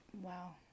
Wow